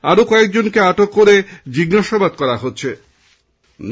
আরও কয়েকজনকে আটক করে জিজ্ঞাসাবাদ করা হচ্ছে